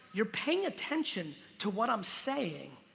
you're paying attention to what i'm saying.